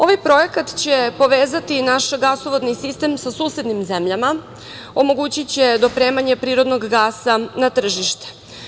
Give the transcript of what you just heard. Ovaj projekat će povezati naš gasovodni sistem sa susednim zemljama, omogućiće dopremanje prirodnog gasa na tržište.